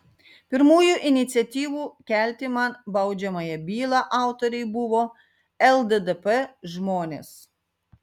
pirmųjų iniciatyvų kelti man baudžiamąją bylą autoriai buvo lddp žmonės